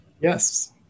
Yes